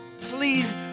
please